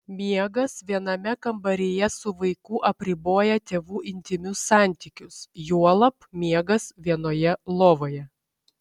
miegas viename kambaryje su vaiku apriboja tėvų intymius santykius juolab miegas vienoje lovoje